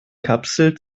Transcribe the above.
kapsel